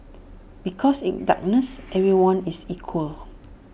because in darkness everyone is equal